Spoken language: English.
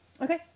Okay